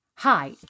Hi